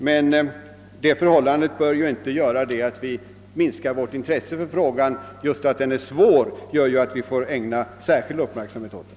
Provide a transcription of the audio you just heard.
Men det förhållandet bör ju inte leda till att vårt intresse för frågan minskas. Att frågan är svårlöst innebär i stället att vi måste ägna särskilt stor uppmärksamhet åt den.